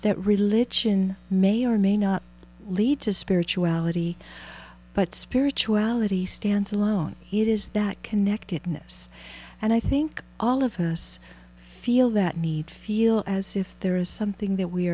that religion may or may not lead to spirituality but spirituality stands alone it is that connectedness and i think all of us feel that need feel as if there is something that we